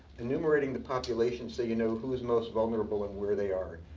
enumerating the population so you know who is most vulnerable, and where they are.